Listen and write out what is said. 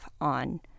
on